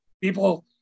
People